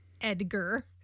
Edgar